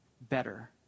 better